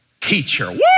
teacher